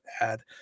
add